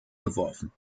geworfen